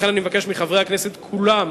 לכן אני מבקש מחברי הכנסת כולם